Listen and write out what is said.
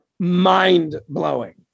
Mind-blowing